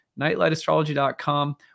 nightlightastrology.com